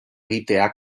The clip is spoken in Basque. egitea